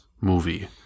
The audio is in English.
movie